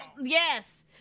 Yes